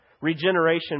Regeneration